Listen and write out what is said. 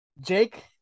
Jake